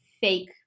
fake